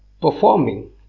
performing